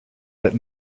that